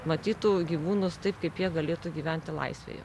matytų gyvūnus taip kaip jie galėtų gyventi laisvėje